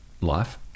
life